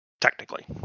technically